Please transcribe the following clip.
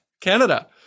Canada